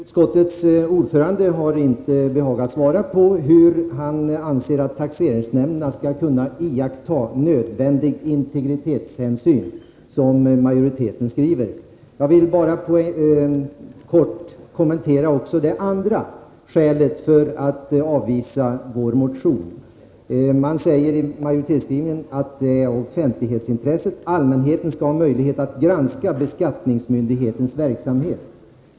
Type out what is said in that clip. Herr talman! Utskottets ordförande har inte behagat svara på frågan om hur han anser att taxeringsnämnderna skall kunna ”iaktta nödvändiga integritetshänsyn”, som majoriteten skriver. Jag vill kortfattat kommentera också det andra skälet för att avvisa vår motion. I majoritetsskrivningen står det att det finns ett offentlighetsintresse och att allmänheten skall ha möjligheter att granska beskattningsmyndigheternas verksamhet.